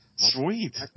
Sweet